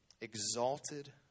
exalted